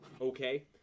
okay